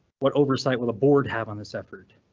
what oversight will the board have on this effort?